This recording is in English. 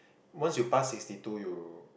once you pass sixty two you will